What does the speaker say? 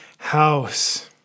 house